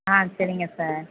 ஆ சரிங்க சார்